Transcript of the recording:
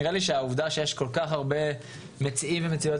נראה לי שהעובדה שיש כל כך הרבה מציעים ומציעות